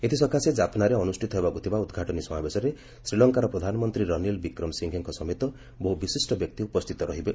ଏଥିସକାଶେ କାଫନାରେ ଅନୁଷ୍ଠିତ ହେବାକୁ ଥିବା ଉଦ୍ଘାଟନୀ ସମାବେଶରେ ଶ୍ରୀଲଙ୍କାର ପ୍ରଧାନମନ୍ତ୍ରୀ ରନିଲ୍ ବିକ୍ରମ ସିଂହେଙ୍କ ସମେତ ବହୁ ବିଶିଷ୍ଟ ବ୍ୟକ୍ତି ଉପସ୍ଥିତ ରହିବେ